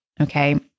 Okay